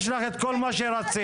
יש לך את כל מה שרצית.